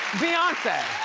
beyonce.